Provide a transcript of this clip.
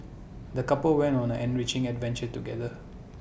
the couple went on an enriching adventure together